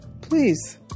please